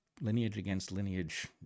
lineage-against-lineage